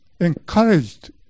encouraged